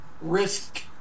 risk